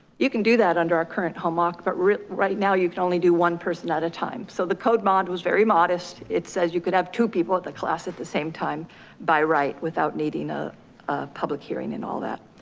you can do that under our current home arc but right now you can only do one person at a time. so the code mod was very modest. it says you could have two people at the class at the same time by right without needing a public hearing and all that.